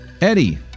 Eddie